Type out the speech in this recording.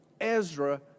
Ezra